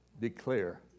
Declare